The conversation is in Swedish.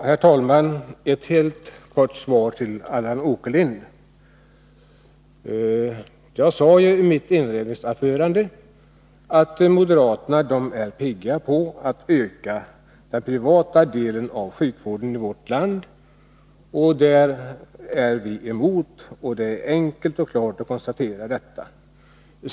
Herr talman! Jag vill kortfattat svara Allan Åkerlind. Jag sade i mitt inledningsanförande att moderaterna är pigga på att öka den privata delen av sjukvården i vårt land. Det är vi emot. Det är bara att klart konstatera detta.